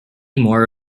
more